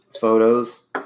photos